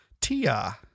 Tia